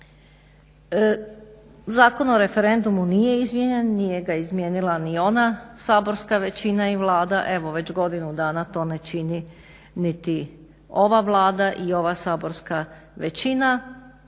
Zakon o referendumu nije izmijenjen, nije ga izmijenila ni ona saborska većina i Vlada, evo već godinu dana to ne čini niti ova Vlada i ova saborska većina